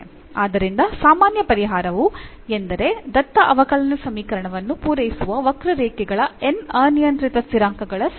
ಆದ್ದರಿಂದ ಸಾಮಾನ್ಯ ಪರಿಹಾರವು ಎಂದರೆ ದತ್ತ ಅವಕಲನ ಸಮೀಕರಣವನ್ನು ಪೂರೈಸುವ ವಕ್ರರೇಖೆಗಳ n ಅನಿಯಂತ್ರಿತ ಸ್ಥಿರಾಂಕಗಳ ಸಮೂಹ